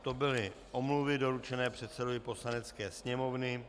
To byly omluvy, doručené předsedovi Poslanecké sněmovny.